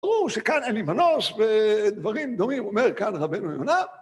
ברור שכאן אין לי מנוס, ודברים דומים אומר כאן רבנו יונה.